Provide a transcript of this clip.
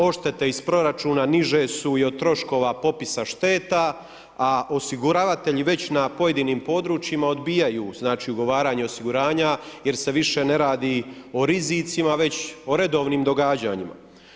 Odštete iz proračuna niže su i od trškova popisa šteta, a osiguravatelji već na pojedinim područjima odbijaju ugovaranje osiguranja jer se više ne radi o rizicima, već o redovnim događanjima.